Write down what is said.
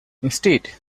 instead